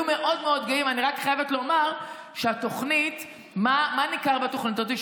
אני רק חייבת לומר שמה ניכר בתוכנית הזאת?